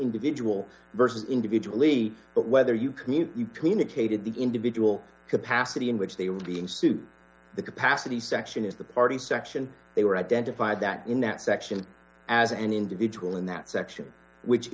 individual versus individual leap but whether you commute communicated the individual capacity in which they were being sued the capacity section is the party section they were identified that in that section as an individual in that section which